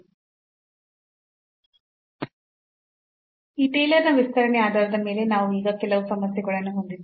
ಈ ಟೇಲರ್ನ ವಿಸ್ತರಣೆಯ ಆಧಾರದ ಮೇಲೆ ನಾವು ಈಗ ಕೆಲವು ಸಮಸ್ಯೆಗಳನ್ನು ಹೊಂದಿದ್ದೇವೆ